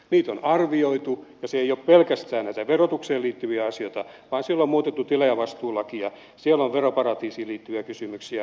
niitä on arvioitu ja eivät ne ole pelkästään verotukseen liittyviä asioita vaan siellä on muutettu tilaajavastuulakia siellä on veroparatiiseihin liittyviä kysymyksiä siellä on veronumeroa